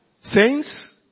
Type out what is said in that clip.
Saints